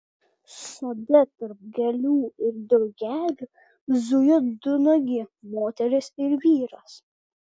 sode tarp gėlių ir drugelių zujo du nuogi moteris ir vyras